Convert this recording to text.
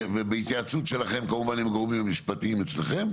ובהתייעצות שלכם כמובן עם גורמים משפטיים אצלכם,